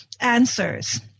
answers